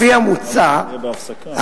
לפי המוצע,